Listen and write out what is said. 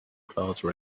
plaza